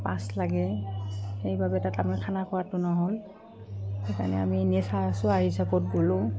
পাছ লাগে সেইবাবে তাত আমি খানা খোৱাটো নহ'ল সেইকাৰণে আমি এনেই চাই চোৱা হিচাপত গ'লোঁ